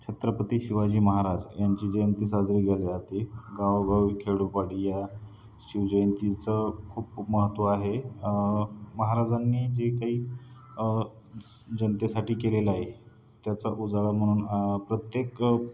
छत्रपती शिवाजी महाराज यांची जयंती साजरी गेली जाते गावोगावी खेडोपाडी या शिवजयंतीचं खूपखूप महत्त्व आहे महाराजांनी जे काही च् जनतेसाठी केलेलं आहे त्याचा उजाळा म्हणून प्रत्येक